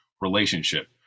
relationship